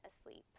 asleep